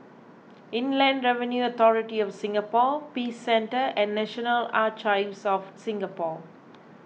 Inland Revenue Authority of Singapore Peace Centre and National Archives of Singapore